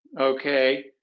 okay